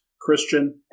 Christian